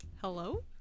hello